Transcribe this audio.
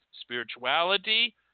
spirituality